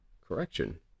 correction